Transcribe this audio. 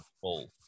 full